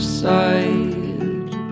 side